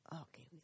Okay